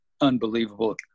unbelievable